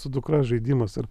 su dukra žaidimas ar